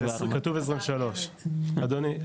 כתוב 23, אדוני.